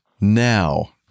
now